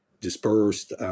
dispersed